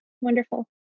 Wonderful